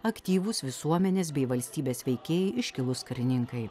aktyvūs visuomenės bei valstybės veikėjai iškilūs karininkai